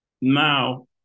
now